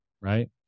right